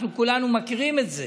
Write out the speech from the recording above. אנחנו כולנו מכירים את זה,